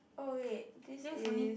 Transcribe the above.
oh wait this is